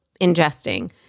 ingesting